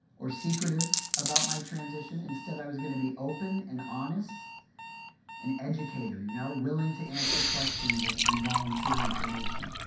or secretive about my transition. instead i was going to be open and honest an educator, you know, willing to answer questions and and volunteer information.